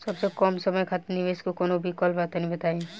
सबसे कम समय खातिर निवेश के कौनो विकल्प बा त तनि बताई?